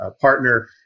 partner